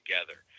together